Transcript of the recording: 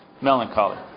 melancholy